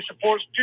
supports